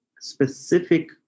specific